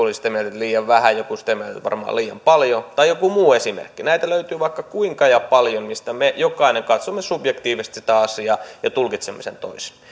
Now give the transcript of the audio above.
oli sitä mieltä että liian vähän joku sitä mieltä että varmaan liian paljon tai joku muu esimerkki näitä löytyy vaikka kuinka ja paljon mistä me jokainen katsomme subjektiivisesti sitä asiaa ja tulkitsemme sen toisin